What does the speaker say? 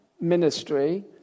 ministry